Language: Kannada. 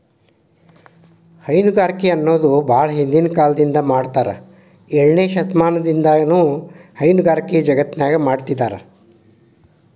ಹೈನುಗಾರಿಕೆ ಅನ್ನೋದು ಬಾಳ ಹಿಂದಿನ ಕಾಲದಿಂದ ಮಾಡಾತ್ತಾರ ಏಳನೇ ಶತಮಾನದಾಗಿನಿಂದನೂ ಹೈನುಗಾರಿಕೆ ಜಗತ್ತಿನ್ಯಾಗ ಮಾಡ್ತಿದಾರ